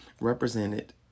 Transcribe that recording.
represented